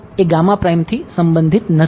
એ થી સંબંધિત નથી